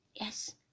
Yes